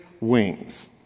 wings